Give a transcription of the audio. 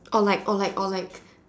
or like or like or like